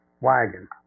wagon